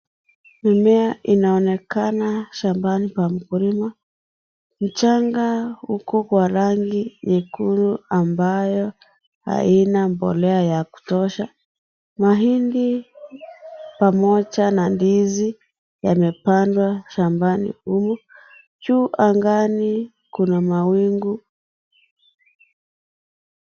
Mimea inaonekana shambani pa mkulima, mchanga uko kwa rangi nyekundu ambayo haina mbolea ya kutosha mahindi pamoja na ndizi yamepandwa shambani humu juu angani kuna mawingu.